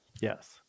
Yes